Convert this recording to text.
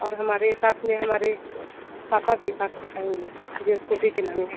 और हमारे साथ में हमारे पापा भी साथ में आएंगे मुझे स्कूटी चलानी है